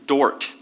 Dort